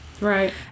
Right